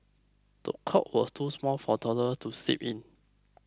the cot was too small for toddler to sleep in